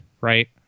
right